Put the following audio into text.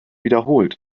wiederholt